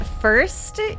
first